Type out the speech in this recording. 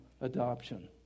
adoption